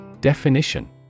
Definition